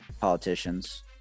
politicians